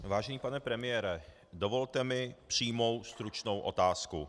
Vážený pane premiére, dovolte mi přímou stručnou otázku.